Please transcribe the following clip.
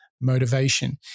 motivation